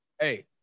Hey